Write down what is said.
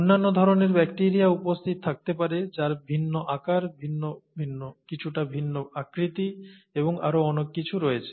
অন্যান্য ধরণের ব্যাকটিরিয়া উপস্থিত থাকতে পারে যার ভিন্ন আকার কিছুটা ভিন্ন আকৃতি এবং আরও অনেক কিছু রয়েছে